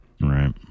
Right